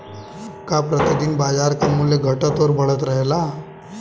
का प्रति दिन बाजार क मूल्य घटत और बढ़त रहेला?